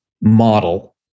model